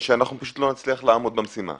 אנחנו פשוט לא נצליח לעמוד במשימה.